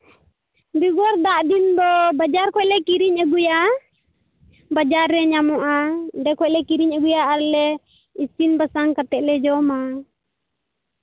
ᱵᱮᱜᱚᱨ ᱫᱟᱜ ᱫᱤᱱ ᱫᱚ ᱵᱟᱡᱟᱨ ᱠᱷᱚᱱ ᱞᱮ ᱠᱤᱨᱤᱧ ᱟᱹᱜᱩᱭᱟ ᱵᱟᱡᱟᱨ ᱨᱮ ᱧᱟᱢᱚᱜᱼᱟ ᱚᱸᱰᱮ ᱠᱷᱚᱱ ᱞᱮ ᱠᱤᱨᱤᱧ ᱟᱹᱜᱩᱭᱟ ᱟᱨᱞᱮ ᱤᱥᱤᱱ ᱵᱟᱥᱟᱝ ᱠᱟᱛᱮᱫ ᱞᱮ ᱡᱚᱢᱟ